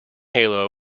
halo